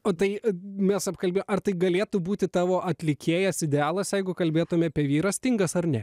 o tai mes apkalbėjo ar tai galėtų būti tavo atlikėjas idealas jeigu kalbėtume apie vyrą stingas ar ne